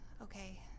Okay